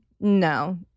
No